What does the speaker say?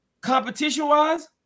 Competition-wise